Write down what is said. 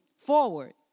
Forward